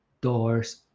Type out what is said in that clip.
doors